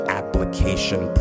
application